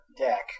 deck